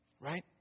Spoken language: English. Right